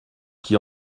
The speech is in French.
qui